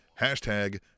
Hashtag